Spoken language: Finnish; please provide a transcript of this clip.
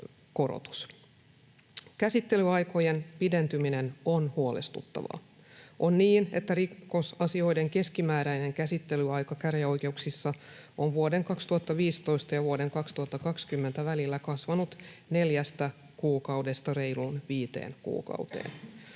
Käsittelyaikojen pidentyminen on huolestuttavaa. On niin, että rikosasioiden keskimääräinen käsittelyaika käräjäoikeuksissa on vuoden 2015 ja vuoden 2020 välillä kasvanut 4 kuukaudesta reiluun 5 kuukauteen.